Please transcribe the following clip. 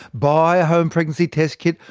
buy a home pregnancy test kit,